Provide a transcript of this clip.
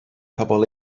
pobl